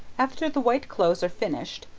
after the white clothes are finished,